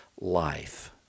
life